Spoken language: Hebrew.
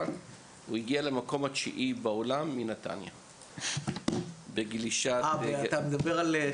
והוא הגיע למקום התשיעי בעולם בגלישה תחרותית.